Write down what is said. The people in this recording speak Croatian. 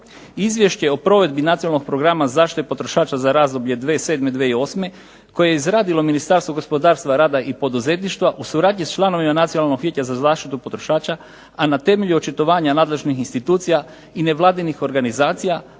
Izvješće o provedbi Nacionalnog programa zaštite potrošača za razdoblje 2007., 2008. koje je izradilo Ministarstvo gospodarstva, rada i poduzetništva u suradnji s članovima Nacionalnog vijeća za zaštitu potrošača, a na temelju očitovanja nadležnih institucija i nevladinih organizacija